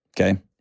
Okay